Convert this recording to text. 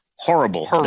Horrible